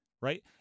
right